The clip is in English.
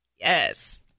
yes